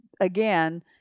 again